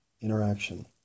interaction